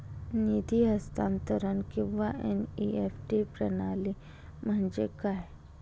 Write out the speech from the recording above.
निधी हस्तांतरण किंवा एन.ई.एफ.टी प्रणाली म्हणजे काय?